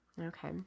Okay